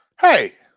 Hey